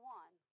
one